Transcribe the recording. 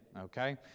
okay